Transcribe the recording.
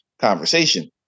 conversation